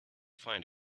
find